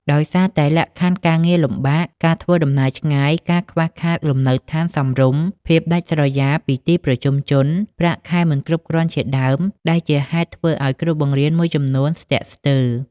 ដោយសារតែលក្ខខណ្ឌការងារលំបាក ការធ្វើដំណើរឆ្ងាយ ការខ្វះខាតលំនៅឋានសមរម្យ ភាពដាច់ស្រយាលពីទីប្រជុំជន ប្រាក់ខែមិនគ្រប់គ្រាន់ជាដើម ដែលជាហេតុធ្វើឲ្យគ្រូបង្រៀនមួយចំនួនស្ទាក់ស្ទើរ។